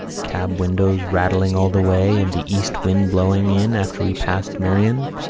cab windows rattling all the way, and the east wind blowing in after we passed merrion.